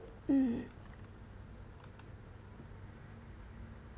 mm